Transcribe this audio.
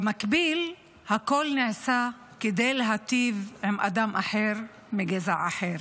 במקביל הכול נעשה כדי להיטיב עם אדם אחר מגזע אחר,